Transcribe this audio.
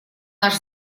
наш